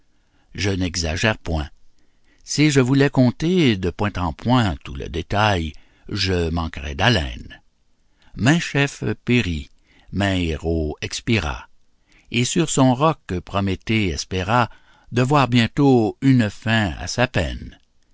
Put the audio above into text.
je n'exagère point si je voulais conter de point en point tout le détail je manquerais d'haleine maint chef périt maint héros expira et sur son roc prométhée espéra de voir bientôt une fin à sa peine